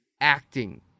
acting